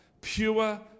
Pure